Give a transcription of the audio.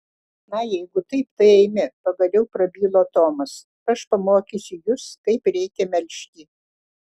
na jeigu taip tai eime pagaliau prabilo tomas aš pamokysiu jus kaip reikia melžti